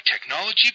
technology